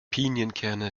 pinienkerne